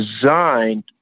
designed